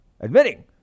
admitting